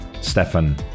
Stefan